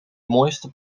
mooiste